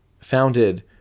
Founded